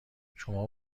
شما